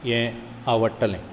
हें आवडटलें